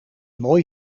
mooi